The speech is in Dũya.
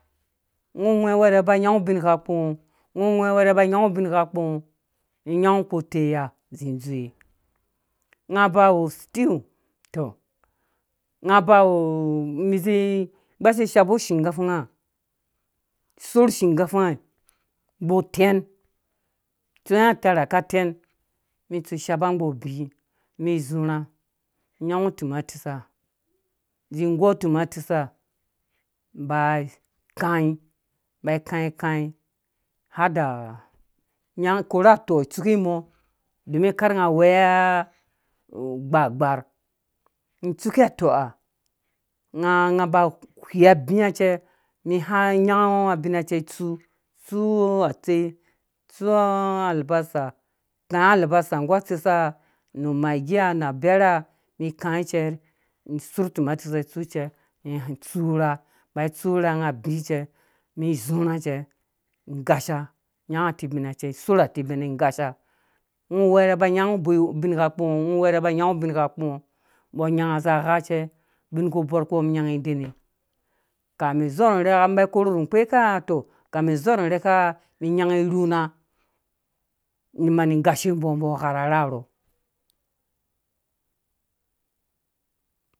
Bgɔ nwghɛ wɛrɛ ba nyanga ubingha pkungɔ ungo nwghɛ̃ wɛrɛ ba nyagu ubingha kpũngoni nyabgɔ kpu teiya zĩ dwowɛ nga bawa stew tɔh nga bawu mi zĩ gbashi shapu shinkafa nga sorh shinkafa nga gbɔ tɛn tsũwɛ atarhaka tɛn n tsu shapa ngbɔ bii ni zarhã nyango tumatisa zĩ gɔ timatisa ba kĩi ba kĩi kĩi had korhi atɔ tsuke karh nga wɛga domin karh nga weya nu bga bgar mi tsuke atɔha ngaba whii abiia cɛ mi nyanga abina cɛ tsu tsu atsei tsu alabasa kĩi alabasa nggu aytseisa nu maigiya na abɛrha mi kĩi cɛ surh timatisa tsu cɛ nu tsu rha bai tsu rha nga bi mi zurhã cɛ gasha nyang atubina cɛ sorh atubina gasha ngɔ wɛrɛ ba nyangu ubingha ngɔ wɛrɛ ba nyangu ubunha pku ngɔ mbɔ nyanga za gha cɛ binku kpo mi dene kame zuwa na rheka ba korhe nu rheka mi nyangi rhuna ni mani gasha mbɔ gha rha rharɔ.